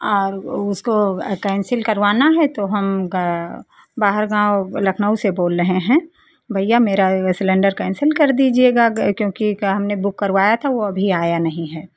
और उसको केन्सिल करवाना है तो हम बाहर गाँव लखनऊ से बोल रहे हैं भैया मेरा सिलेंडर केन्सिल कर दीजिएगा क्योंकि का हमने बुक करवाया था वो अभी आया नहीं है